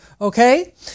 Okay